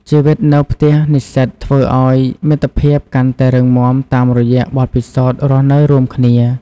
ជីវិតនៅផ្ទះនិស្សិតធ្វើឲ្យមិត្តភាពកាន់តែរឹងមាំតាមរយៈបទពិសោធន៍រស់នៅរួមគ្នា។